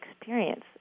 experience